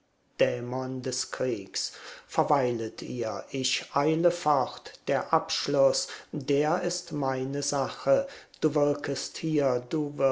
verweilet ihr ich eile fort der abschluß der ist meine sache du wirkest hier du